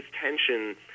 tension